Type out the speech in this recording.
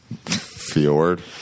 Fjord